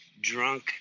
drunk